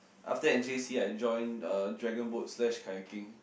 after that in j_c I join uh dragonboat slash kayaking